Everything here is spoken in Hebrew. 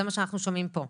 זה מה שאנחנו שומעים פה.